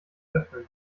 öffnen